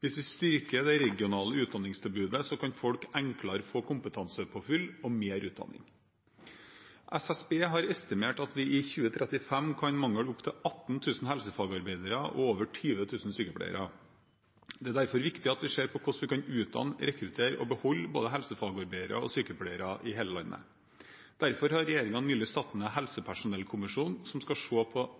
Hvis vi styrker det regionale utdanningstilbudet, kan folk enklere få kompetansepåfyll og mer utdanning. Statistisk sentralbyrå har estimert at vi i 2035 kan mangle opptil 18 000 helsefagarbeidere og over 20 000 sykepleiere. Det er derfor viktig at vi ser på hvordan vi kan utdanne, rekruttere og beholde både helsefagarbeidere og sykepleiere i hele landet. Derfor har regjeringen nylig satt